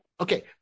Okay